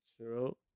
true